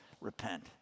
repent